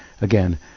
again